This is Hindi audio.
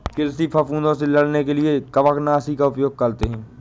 कृषि फफूदों से लड़ने के लिए कवकनाशी का उपयोग करते हैं